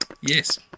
Yes